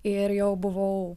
ir jau buvau